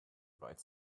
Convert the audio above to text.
bright